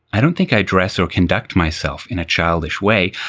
i don't think i dress or conduct myself in a childish way.